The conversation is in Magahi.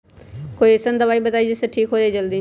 कोई अईसन दवाई बताई जे से ठीक हो जई जल्दी?